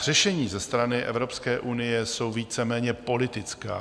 Řešení ze strany Evropské unie jsou víceméně politická.